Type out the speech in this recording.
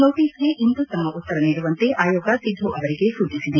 ನೋಟೀಸ್ಗೆ ಇಂದು ತಮ್ಮ ಉತ್ತರ ನೀಡುವಂತೆ ಆಯೋಗ ಸಿಧು ಅವರಿಗೆ ಸೂಚಿಸಿದೆ